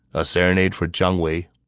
a serenade for jiang wei